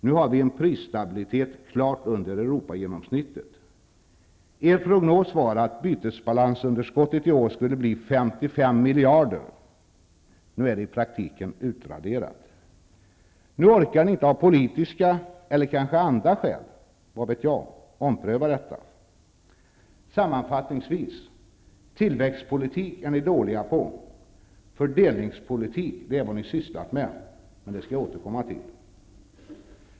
Nu har vi en prisstabilitet klart under Europagenomsnittet. Er prognos var att bytesbalansunderskottet i år skulle bli 55 miljarder. Nu är det i praktiken utraderat. Nu orkar ni inte av politiska skäl, eller kanske andra skäl, att ompröva detta. Sammanfattningsvis: Tillväxtpolitik är ni dåliga på. Fördelningspolitik är vad ni sysslat med, och det skall jag återkomma till.